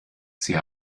sie